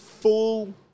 full